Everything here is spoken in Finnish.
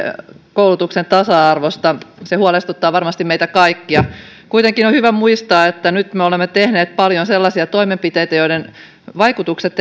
koulutuksen tasa arvosta se huolestuttaa varmasti meitä kaikkia kuitenkin on hyvä muistaa että nyt me olemme tehneet paljon sellaisia toimenpiteitä joiden vaikutukset